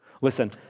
Listen